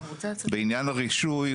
בעניין הרישוי,